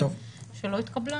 שלא התקבלה.